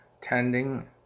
tending